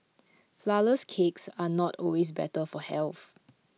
Flourless Cakes are not always better for health